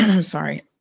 sorry